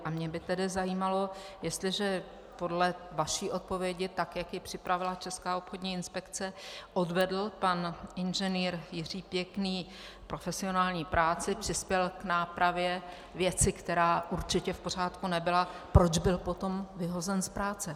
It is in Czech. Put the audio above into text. A mě by tedy zajímalo, jestliže podle vaší odpovědi, tak jak ji připravila Česká obchodní inspekce, odvedl pan inženýr Jiří Pěkný profesionální práci, přispěl k nápravě věci, která určitě v pořádku nebyla proč byl potom vyhozen z práce?